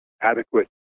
adequate